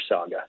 Saga